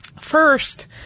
First